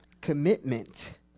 Commitment